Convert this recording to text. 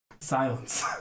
Silence